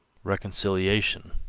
reconciliation,